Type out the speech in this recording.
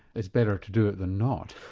it's better to do it than not?